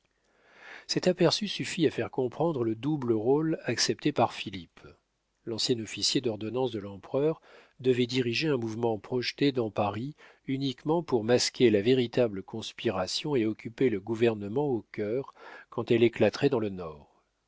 cet aperçu suffit à faire comprendre le double rôle accepté par philippe l'ancien officier d'ordonnance de l'empereur devait diriger un mouvement projeté dans paris uniquement pour masquer la véritable conspiration et occuper le gouvernement au cœur quand elle éclaterait dans le nord